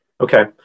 Okay